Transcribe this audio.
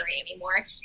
anymore